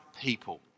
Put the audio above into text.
people